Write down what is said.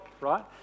right